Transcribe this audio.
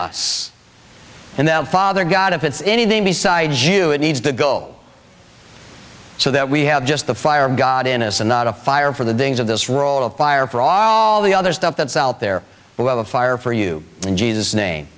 us and the father god if it's anything besides you it needs to go so that we have just the fire god in his and not a fire for the things of this roll of fire for all the other stuff that's out there well the fire for you in jesus name